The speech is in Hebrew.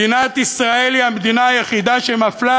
מדינת ישראל היא המדינה היחידה שמפלה,